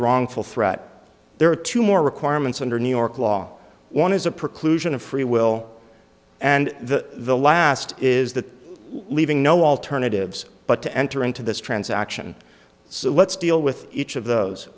wrongful threat there are two more requirements under new york law one is a preclusion of free will and the the last is that leaving no alternatives but to enter into this transaction so let's deal with each of those